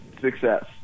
success